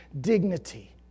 dignity